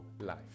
life